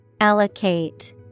Allocate